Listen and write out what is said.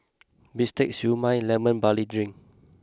Bistake Siew Mai Lemon Barley Drink